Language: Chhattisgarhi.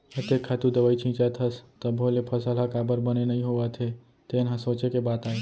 अतेक खातू दवई छींचत हस तभो ले फसल ह काबर बने नइ होवत हे तेन ह सोंचे के बात आय